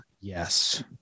yes